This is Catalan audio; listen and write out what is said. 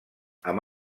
amb